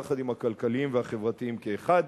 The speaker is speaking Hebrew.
יחד עם הכלכליים והחברתיים כאחד.